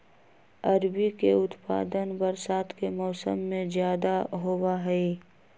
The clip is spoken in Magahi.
अरबी के उत्पादन बरसात के मौसम में ज्यादा होबा हई